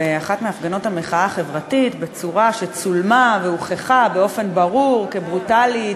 באחת מהפגנות המחאה החברתית בצורה שצולמה והוכחה באופן ברור כברוטלית,